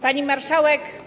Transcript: Pani Marszałek!